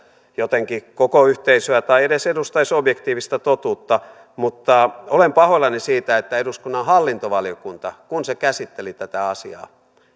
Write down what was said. jotenkin koko yhteisöä tai edustaisivat edes objektiivista totuutta mutta olen pahoillani siitä että eduskunnan hallintovaliokunta kun se käsitteli tätä asiaa